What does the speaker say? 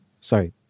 sorry